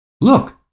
Look